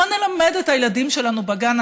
מה נלמד את הילדים שלנו בגן?